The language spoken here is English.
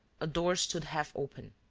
a door stood half open.